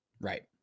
Right